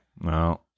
No